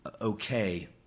okay